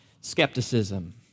Skepticism